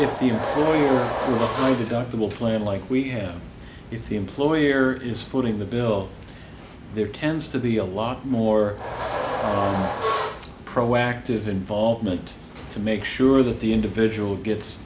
to the doctor will plan like we have if the employer is footing the bill there tends to be a lot more proactive involvement to make sure that the individual gets